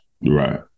Right